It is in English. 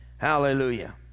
Hallelujah